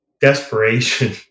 desperation